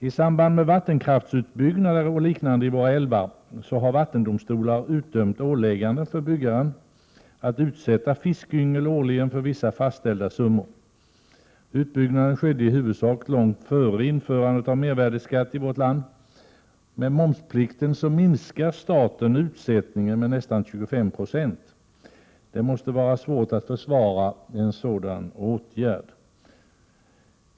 I samband med vattenkraftsutbyggnad och liknande i våra älvar har vattendomstolar utdömt ålägganden för byggaren att utsätta fiskyngel årligen för vissa fastställda summor. Utbyggnaden skedde i huvudsak långt före införandet av mervärdeskatt i vårt land. Med momsplikten minskar staten utsättningen med nästan 25 96. Det måste vara svårt att försvara en sådan åtgärd.